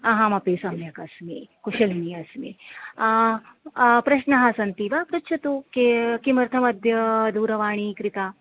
अहमपि सम्यक् अस्मि कुशलिनी अस्मि प्रश्नाः सन्ति वा पृच्छतु के किमर्थमद्य दूरवाणी कृता